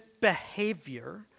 behavior